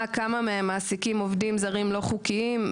כמה מהם מעסיקים עובדים זרים לא חוקיים.